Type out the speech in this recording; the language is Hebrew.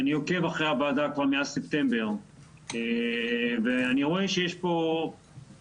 אני עוקב אחרי הוועדה כבר מאז ספטמבר ואני רואה שיש פה דיבור,